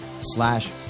slash